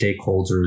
stakeholders